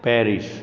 Paris